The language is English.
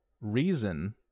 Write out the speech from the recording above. reason